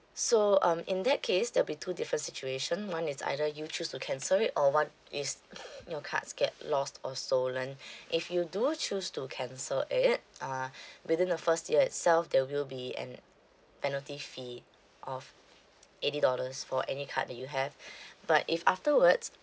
so um in that case there'll be two different situation one is either you choose to cancel it or one is your cards get lost or stolen if you do choose to cancel it uh within the first year itself there will be an penalty fee of eighty dollars for any card that you have but if afterwards